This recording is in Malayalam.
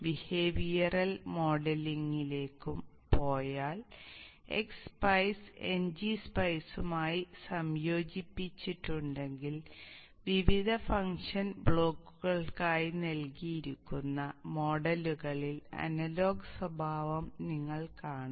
ബിഹേവിയറൽ മോഡലിംഗിലേക്കും പോയാൽ x സ്പൈസ് ng സ്പൈസുമായി സംയോജിപ്പിച്ചിട്ടുണ്ടെങ്കിൽ വിവിധ ഫംഗ്ഷൻ ബ്ലോക്കുകൾക്കായി നൽകിയിരിക്കുന്ന മോഡലുകളിൽ അനലോഗ് സ്വഭാവം നിങ്ങൾ കാണും